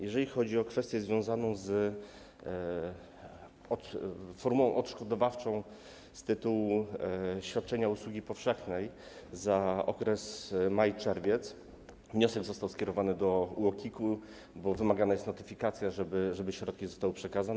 Jeżeli chodzi o kwestię związaną z formułą odszkodowawczą z tytułu świadczenia usługi powszechnej za okres maj-czerwiec, to wniosek został skierowany do UOKiK-u, ponieważ wymagana jest notyfikacja, żeby środki zostały przekazane.